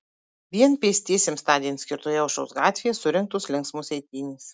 vien pėstiesiems tądien skirtoje aušros gatvėje surengtos linksmos eitynės